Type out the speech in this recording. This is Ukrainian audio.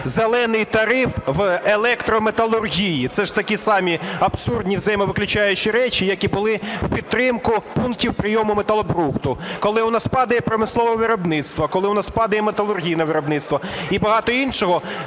"зелений" тариф в електрометалургії. Це ж такі самі абсурдні взаємовиключаючі речі, які були в підтримку пунктів прийому металобрухту, коли у нас падає промислове виробництво, коли у нас падає металургійне виробництво і багато іншого.